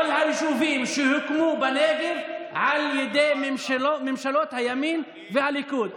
כל היישובים שהוקמו בנגב הוקמו על ידי ממשלות הימין והליכוד.